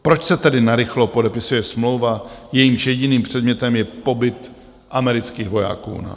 Proč se tedy narychlo podepisuje smlouva, jejímž jediným předmětem je pobyt amerických vojáků u nás?